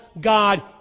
God